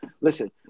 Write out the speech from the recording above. Listen